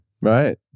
Right